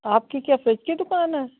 आपकी क्या फ़्रिज की दुकान है